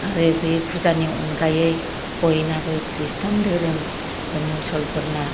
आरो बि फुजानि अनगायै बयनाबो क्रिस्टियान धोरोम मुसलफोरना